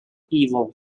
evil